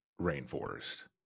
rainforest